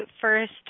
first